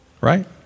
Right